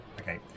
Okay